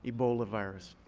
ebola virus.